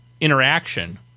interaction